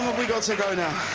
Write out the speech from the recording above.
we got to go now.